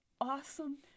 awesome